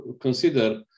consider